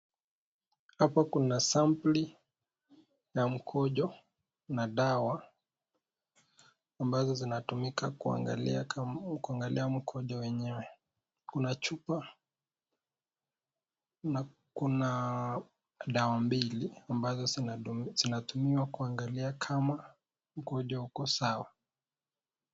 Hapa kuna sampuli ya mkojo na dawa ambazo zinatumika kuangalia mkojo wenyewe. Kuna chupa na kuna dawa mbili ambazo zinatumiwa kuangalia kama mkojo uko sawa.